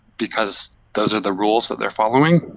because those are the rules that they're following,